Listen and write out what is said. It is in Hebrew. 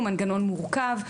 הוא מנגנון מורכב.